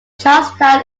charlestown